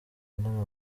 angana